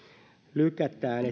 lykätään